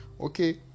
Okay